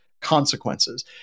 consequences